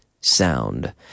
sound